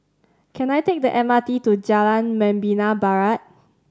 can I take the M R T to Jalan Membina Barat